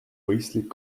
mõistlik